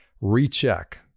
recheck